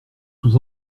sous